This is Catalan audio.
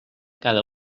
cada